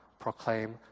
proclaim